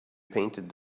painted